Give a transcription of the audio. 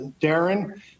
Darren